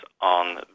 On